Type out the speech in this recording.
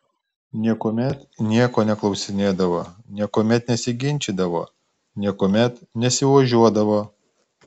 niekuomet nieko neklausinėdavo niekuomet nesiginčydavo niekuomet nesiožiuodavo